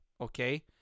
okay